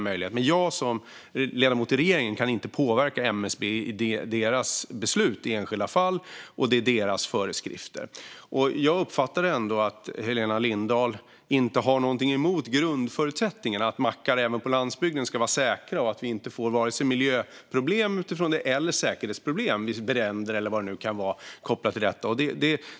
Men jag som ledamot i regeringen kan inte påverka MSB i deras beslut i enskilda fall, och det är deras föreskrifter. Jag uppfattar ändå att Helena Lindahl inte har någonting emot grundförutsättningen: att även mackar på landsbygden ska vara säkra så att vi inte får vare sig miljöproblem eller säkerhetsproblem vid bränder eller vad det nu kan vara kopplat till detta.